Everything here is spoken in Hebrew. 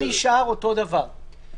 -- זה נשאר אותו דבר.